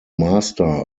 master